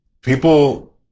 People